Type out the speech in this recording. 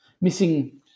missing